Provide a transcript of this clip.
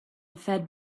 fed